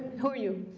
who are you?